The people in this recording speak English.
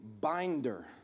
binder